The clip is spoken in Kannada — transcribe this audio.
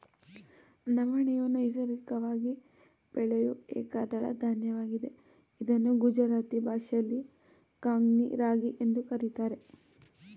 ನವಣೆಯು ನೈಸರ್ಗಿಕವಾಗಿ ಬೆಳೆಯೂ ಏಕದಳ ಧಾನ್ಯವಾಗಿದೆ ಇದನ್ನು ಗುಜರಾತಿ ಭಾಷೆಯಲ್ಲಿ ಕಾಂಗ್ನಿ ರಾಗಿ ಎಂದು ಕರಿತಾರೆ